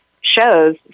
shows